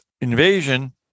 invasion